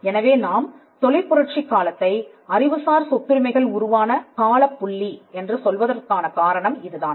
எனவே நாம் தொழிற்புரட்சி காலத்தை அறிவுசார் சொத்துரிமைகள் உருவான காலப் புள்ளி என்று சொல்வதற்கான காரணம் இதுதான்